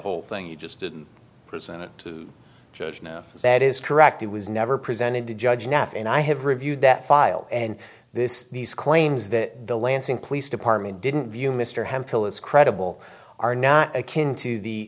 whole thing you just didn't present it to judge now that is correct it was never presented to judge nath and i have reviewed that file and this these claims that the lansing police department didn't view mr hemphill as credible are not akin to